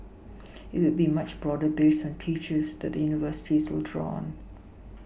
it will be much broader based on teachers that the universities will draw on